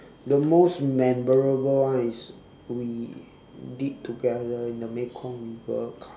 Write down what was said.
the most memorable one is we dip together in the mekong river